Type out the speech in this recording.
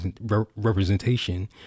representation